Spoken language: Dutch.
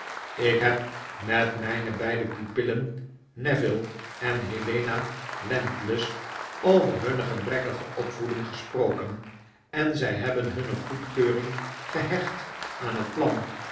ik heb met mpe beide pupillen neville en helena landless over hunne gebrekkige opvoeding gesproken en zij hebben hunne goedkeuring gehecht aan het plan